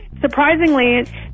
Surprisingly